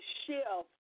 shift